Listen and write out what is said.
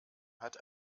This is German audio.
hat